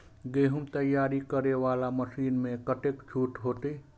गेहूं तैयारी करे वाला मशीन में कतेक छूट होते?